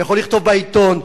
הוא יכול לכתוב בעיתון,